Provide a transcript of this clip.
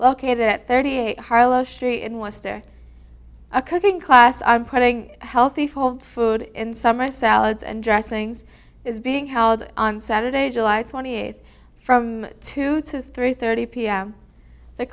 kate at thirty eight harlow street and was there a cooking class i'm putting healthy fold food in summer salads and dressings is being held on saturday july twenty eighth from two to three thirty pm th